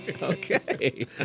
Okay